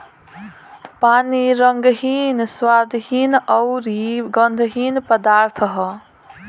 पानी रंगहीन, स्वादहीन अउरी गंधहीन पदार्थ ह